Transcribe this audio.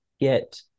get